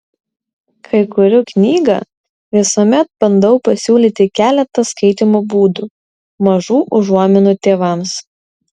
kai kuriu knygą visuomet bandau pasiūlyti keletą skaitymo būdų mažų užuominų tėvams